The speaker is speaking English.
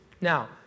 Now